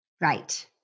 Right